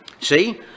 see